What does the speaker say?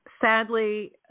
sadly